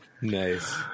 Nice